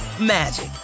magic